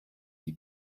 die